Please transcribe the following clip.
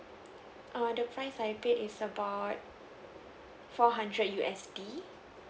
err the price I paid is about four hundred U_S_D